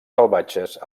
salvatges